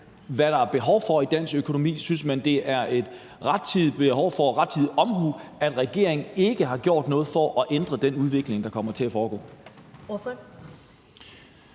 hvad der er behov for i dansk økonomi? Synes man, det er rettidig omhu, at regeringen ikke har gjort noget for at ændre den udvikling, der kommer til at ske?